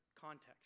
context